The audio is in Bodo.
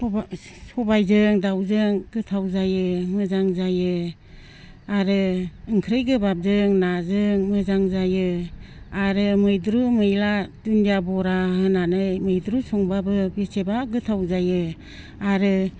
सबायजों दाउजों गोथाव जायो मोजां जायो आरो ओंख्रि गोबाबजों नाजों मोजां जायो आरो मैद्रु मैला दुन्दिया बरा होनानै मैद्रु संबाबो बेसेबा गोथाव जायो आरो